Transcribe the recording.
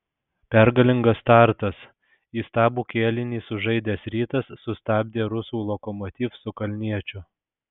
pergalingas startas įstabų kėlinį sužaidęs rytas sustabdė rusų lokomotiv su kalniečiu